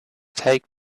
take